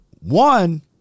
one